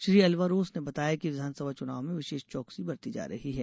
श्री अल्वारेस ने बताया कि विधानसभा चुनाव में विशेष चौकसी बरती जा रही है